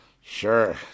Sure